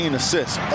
assists